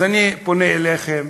אז אני פונה אליכם,